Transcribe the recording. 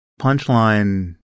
punchline